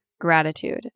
gratitude